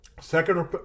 second